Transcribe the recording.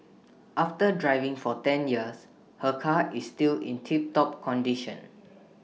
after driving for ten years her car is still in tiptop condition